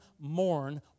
mourn